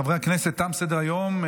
חברי הכנסת, תם סדר-היום.